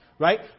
Right